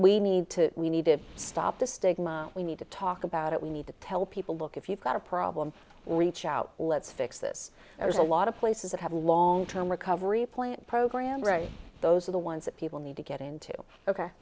we need to we need to stop the stigma we need to talk about it we need to tell people look if you've got a problem with each out let's fix this there's a lot of places that have a long term recovery plan program those are the ones that people need to get into ok